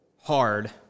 hard